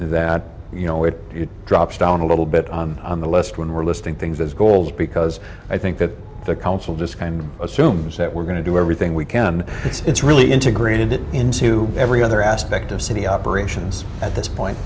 that you know it drops down a little bit on on the list when we're listing things as goals because i think that the council just kind of assumes that we're going to do everything we can it's really integrated into every other aspect of city operations at this point